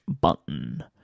button